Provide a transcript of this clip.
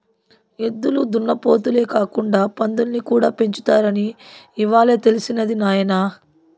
ఎద్దులు దున్నపోతులే కాకుండా పందుల్ని కూడా పెంచుతారని ఇవ్వాలే తెలిసినది నాయన